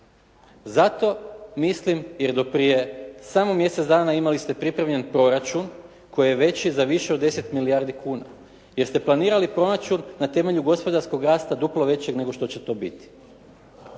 Zato mislim, jer do prije samo mjesec dana imali ste pripremljen proračun koji je veći za više od 10 milijardi kuna. Jer ste planirali ,proračun na temelju gospodarskog rasta duplo većeg nego što će to biti.